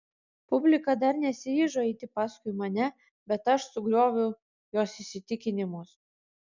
publika dar nesiryžo eiti paskui mane bet aš sugrioviau jos įsitikinimus